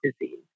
disease